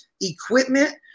equipment